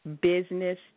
business